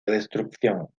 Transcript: destrucción